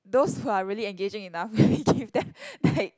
those who are really engaging enough really give them like